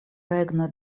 regno